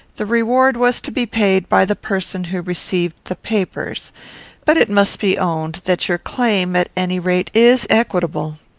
the reward was to be paid by the person who received the papers but it must be owned that your claim, at any rate, is equitable.